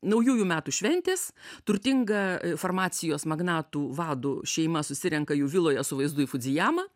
naujųjų metų šventės turtinga farmacijos magnatų vadų šeima susirenka jų viloje su vaizdu į fudzijamą